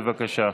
בבקשה.